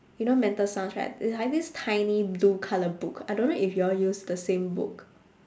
you know mental sums right the~ have this tiny blue colour book I don't know if you all used the same book